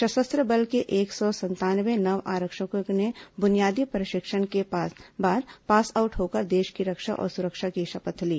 सशस्त्र बल के एक सौ संतानवे नव आरक्षकों ने बुनियादी प्रशिक्षण के बाद पासआऊट होकर देश की रक्षा और सुरक्षा की शपथ ली